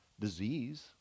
disease